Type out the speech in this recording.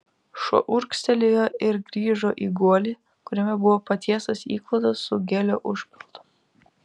šuo urgztelėjo ir grįžo į guolį kuriame buvo patiestas įklotas su gelio užpildu